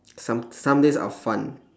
some some days are fun